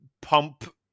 pump